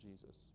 Jesus